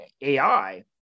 AI